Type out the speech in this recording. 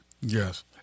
Yes